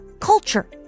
culture